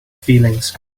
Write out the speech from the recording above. feelings